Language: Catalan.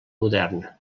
modern